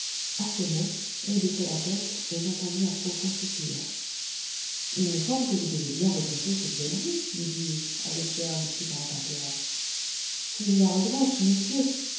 à ces mots il baissa la tête et j'entendis un profond soupir il me semble que vous devez bien regretter cette belle vie lui dis-je avec l'air du plus grand intérêt si je la regrette monsieur